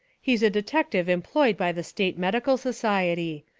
he's a detective employed by the state medical society.